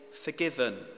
forgiven